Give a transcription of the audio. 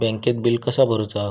बँकेत बिल कसा भरुचा?